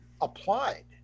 applied